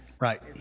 Right